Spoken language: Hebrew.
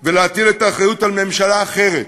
בה ולהטיל את האחריות על ממשלה אחרת,